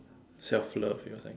self love you think